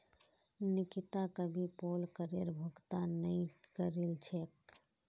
निकिता कभी पोल करेर भुगतान नइ करील छेक